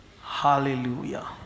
hallelujah